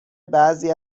بعضی